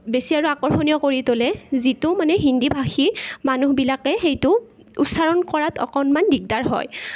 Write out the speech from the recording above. বেছি আৰু আকৰ্ষণীয় কৰি তোলে যিটো মানে হিন্দী ভাষী মানুহবিলাকে সেইটো উচ্চাৰণ কৰাত অকণমান দিগদাৰ হয়